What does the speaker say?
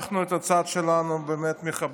אנחנו את הצד שלנו מכבדים.